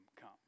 come